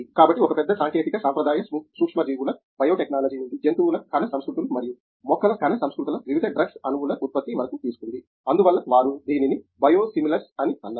కాబట్టి ఒక పెద్ద సాంకేతికత సాంప్రదాయ సూక్ష్మజీవుల బయోటెక్నాలజీ నుండి జంతువుల కణ సంస్కృతులు మరియు మొక్కల కణ సంస్కృతుల వివిధ డ్రగ్స్ అణువుల ఉత్పత్తి వరకు తీసుకుంది అందువల్ల వారు దీనిని బయోసిమిలర్స్ అని అన్నారు